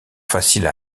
facile